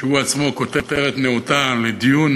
שהוא עצמו כותרת נאותה לדיון